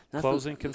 closing